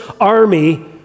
army